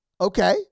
okay